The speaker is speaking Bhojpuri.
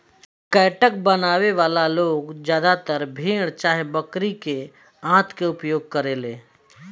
कैटगट बनावे वाला लोग ज्यादातर भेड़ चाहे बकरी के आंत के उपयोग करेले